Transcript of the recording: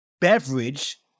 beverage